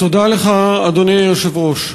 אדוני היושב-ראש,